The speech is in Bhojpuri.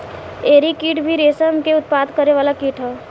एरी कीट भी रेशम के उत्पादन करे वाला कीट ह